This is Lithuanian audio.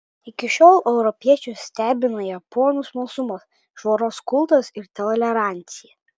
iki šiol europiečius stebina japonų smalsumas švaros kultas ir tolerancija